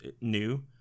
new